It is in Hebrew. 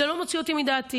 זה לא מוציא אותי מדעתי.